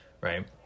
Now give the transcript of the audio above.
right